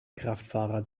kraftfahrer